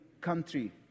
country